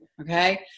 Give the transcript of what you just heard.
Okay